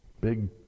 big